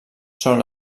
són